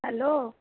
hello